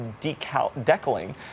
decaling